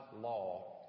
law